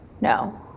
No